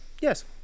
Yes